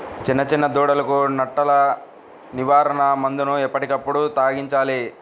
చిన్న చిన్న దూడలకు నట్టల నివారణ మందులను ఎప్పటికప్పుడు త్రాగించాలి